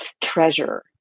treasure